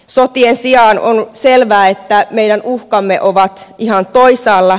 sotien sijaan on selvää että meidän uhkamme ovat ihan toisaalla